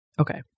Okay